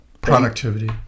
productivity